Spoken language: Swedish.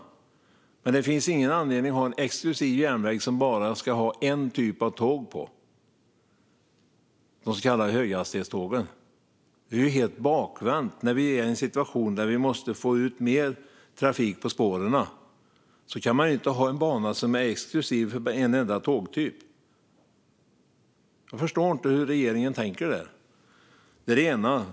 Men det finns ingen anledning att ha en exklusiv järnväg som ska ha bara en typ av tåg, de så kallade höghastighetstågen. Det är helt bakvänt. När vi är i en situation där vi måste få ut mer trafik på spåren kan vi inte ha en bana som är exklusiv för en enda tågtyp. Jag förstår inte hur regeringen tänker där. Det är det ena.